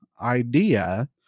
idea